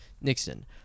Nixon